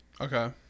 okay